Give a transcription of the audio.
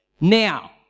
now